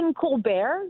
Colbert